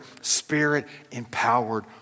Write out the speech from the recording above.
spirit-empowered